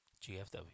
GFW